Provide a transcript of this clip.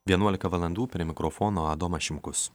vienuolika valandų prie mikrofono adomas šimkus